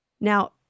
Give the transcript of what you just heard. Now